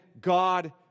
God